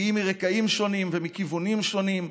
מגיעים מרקעים שונים ומכיוונים שונים,